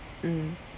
mm